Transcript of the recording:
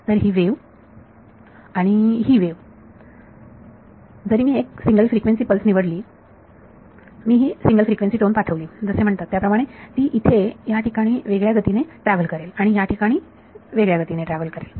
तर ही वेव्ह आणि ही वेव्ह जरी मी एक सिंगल फ्रिक्वेन्सी पल्स निवडली मी ही सिंगल फ्रिक्वेन्सी टोन पाठवली जसे म्हणतात त्याप्रमाणे ती इथे या ठिकाणी वेगळ्या गतीने ट्रॅव्हल करेल आणि आणि या ठिकाणी वेगळ्या गतीने ट्रॅव्हल करेल